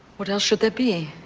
what else should there be?